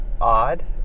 odd